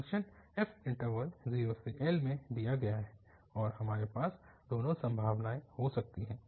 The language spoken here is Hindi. फ़ंक्शन f इन्टरवल 0L में दिया गया है और हमारे पास दोनों संभावनाएं हो सकती हैं